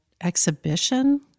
exhibition